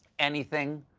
anything,